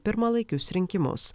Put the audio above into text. pirmalaikius rinkimus